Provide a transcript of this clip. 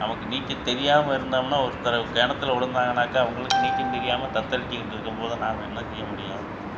நமக்கு நீச்சல் தெரியாமல் இருந்தம்னா ஒருத்தர கிணத்துல விழுந்தாங்கன்னாக்கா அவங்களுக்கு நீச்சம் தெரியாமல் தத்தளிச்சுக்கிட்டு இருக்கும் போது நாம் என்ன செய்ய முடியும்